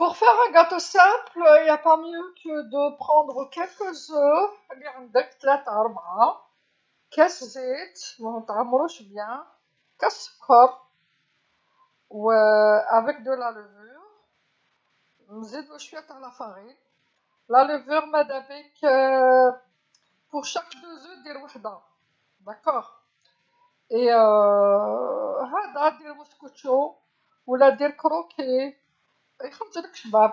لإعداد حلوى بسيطة ليس هناك أفضل من أخذ حبات بيض اللي عندك، تلاته ربعه، كاس زيت، ماتعمروش جيدا، كاس سكر، و مع الخميرة، نزيدلو شويه تاع الفرينة، الخميرة مدابيك لكل حبتي بيض دير وحده، حسنا، و هدا دير موسكوتشو ولا دير كروكي يخرجلك شباب.